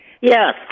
Yes